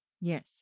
Yes